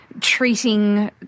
treating